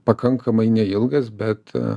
pakankamai neilgas bet